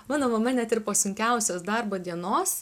mano mama net ir po sunkiausios darbo dienos